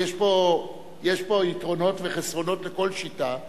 כי יש פה יתרונות וחסרונות לכל שיטה,